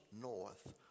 north